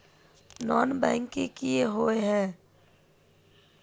Non banking किए हिये है?